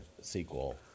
sequel